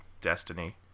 Destiny